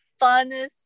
funnest